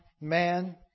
man